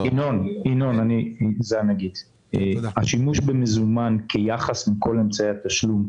היקף השימוש במזומן כיחס מכל אמצעי התשלום,